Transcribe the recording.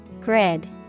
Grid